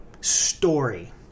story